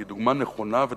כי היא דוגמה נכונה וטובה,